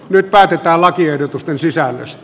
nyt päätetään lakiehdotusten sisällöstä